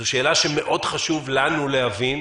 זו שאלה שמאוד חשוב לנו להבין,